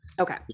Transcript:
Okay